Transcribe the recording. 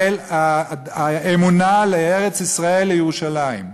אמונה, לארץ-ישראל, לירושלים.